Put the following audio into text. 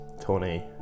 Tony